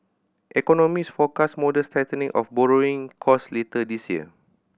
economist forecast modest tightening of borrowing cost later this year